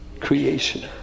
creation